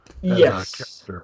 Yes